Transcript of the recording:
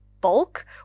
bulk